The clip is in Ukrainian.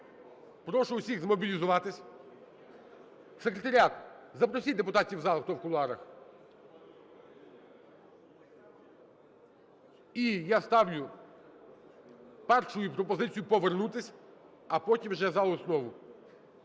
прошу всіх змобілізуватись. Секретаріат, запросіть депутатів в зал, хто в кулуарах. І я ставлю першою пропозицією повернутись, а потім вже за основу.